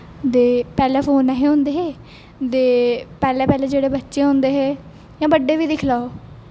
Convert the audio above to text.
ते पैह्लें फोन नेईं हे होंदे हे ते पैह्लै पैह्लै जेह्ड़े बच्चे होंदे हे जां बड्डे बी दिक्खी लैओ